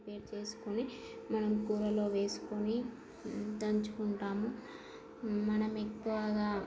prepare చేసుకొని మనం కూరలో వేసుకొని దంచుకుంటాము మనం ఎక్కువగా